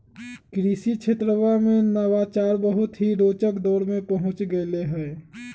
कृषि क्षेत्रवा में नवाचार बहुत ही रोचक दौर में पहुंच गैले है